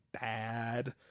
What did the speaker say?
bad